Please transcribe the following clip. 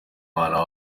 mwana